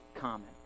common